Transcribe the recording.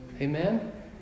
Amen